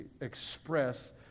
express